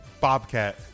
Bobcat